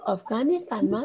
Afghanistan